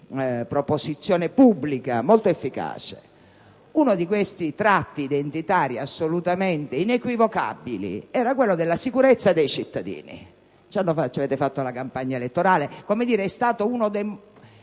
proposizione pubblica molto efficace. Uno di questi tratti identitari assolutamente inequivocabili era quello della sicurezza dei cittadini, su cui la maggioranza ha basato la campagna elettorale e che è stato uno dei